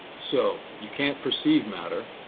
so you can't perceive matter,